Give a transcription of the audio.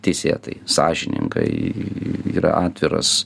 teisėtai sąžiningai yra atviras